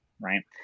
right